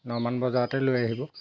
নমান বজাতে লৈ আহিব